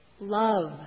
love